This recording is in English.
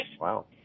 Wow